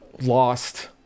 Lost